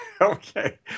Okay